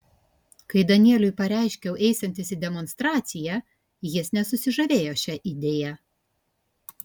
kai danieliui pareiškiau eisiantis į demonstraciją jis nesusižavėjo šia idėja